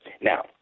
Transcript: now